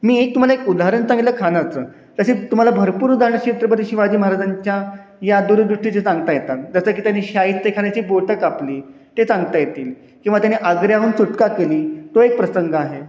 मी एक तुम्हाला एक उदाहरण सांगितलं खानाचं तसेच तुम्हाला भरपूर उदाहरणं छत्रपती शिवाजी महाराजांच्या या दूरदृष्टीची सांगता येतात जसं की त्यांनी शाईस्तेखानाची बोटं कापली ते सांगता येतील किंवा त्यांनी आग्र्याहून सुटका केली तो एक प्रसंग आहे